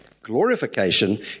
Glorification